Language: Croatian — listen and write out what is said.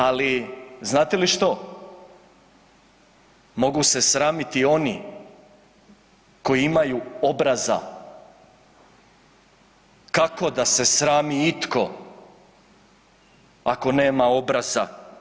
Ali znate li što mogu se sramiti oni koji imaju obraza kako da se srami itko ako nema obraza.